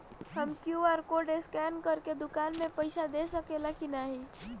हम QR code scan करके दुकान में पईसा दे सकेला की नाहीं?